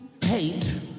hate